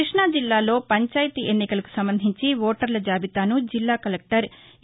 క్బష్టాజిల్లాలో పంచాయతీ ఎన్నికలకు సంబంధించి ఓటర్ల జాబితాను జిల్లా కలెక్టర్ ఎ